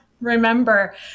remember